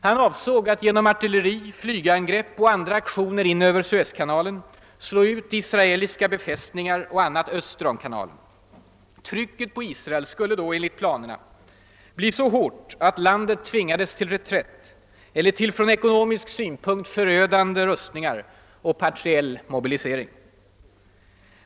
Han avsåg att genom artilleri, flygangrepp och andra aktioner in över Suezkanalen slå ut israeliska befästningar och annat öster om kanalen. Trycket på Israel skulle, enligt planerna, bli så hårt att landet tvingades till reträtt eller till från ekonomisk synpunkt förödande rustningar och partiell mobilisering.